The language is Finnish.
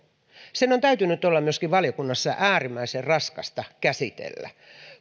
sen on täytynyt olla myöskin valiokunnassa äärimmäisen raskasta käsitellä